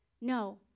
no